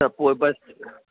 त पोइ बसि